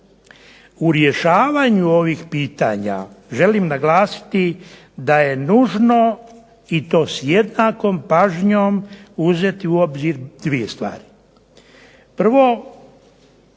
u rješavanju ovih pitanja želim naglasiti da je nužno i to s jednakom pažnjom uzeti u obzir dvije stvari.